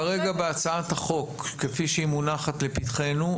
כרגע בהצעת החוק כפי שהיא מונחת לפתחנו,